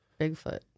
Bigfoot